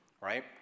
Right